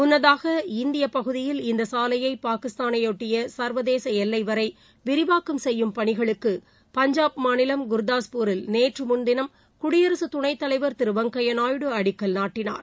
முன்னதாக இந்திய பகுதியில் இந்த சாலையை பாகிஸ்தானை பொட்டிய சர்வதேச எல்லை வரை விரிவாக்கம் செய்யும் பணிகளுக்கு பஞ்சாப் மாநிலம் குர்தாஸ்பூரில் நேற்று முன்தினம் குயடிரக துணைத் தலைவர் திரு வெங்கய்யா நாயுடு அடிக்கல் நாட்டினார்